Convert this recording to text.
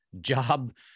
job